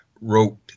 wrote